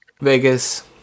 Vegas